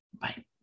Bye